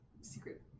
secret